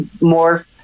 more